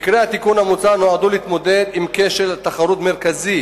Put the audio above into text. עיקרי התיקון המוצע נועדו להתמודד עם כשל תחרות מרכזי